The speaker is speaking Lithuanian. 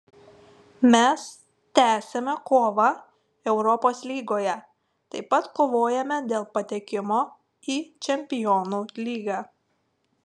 mes tęsiame kovą europos lygoje taip pat kovojame dėl patekimo į čempionų lygą